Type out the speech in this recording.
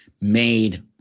made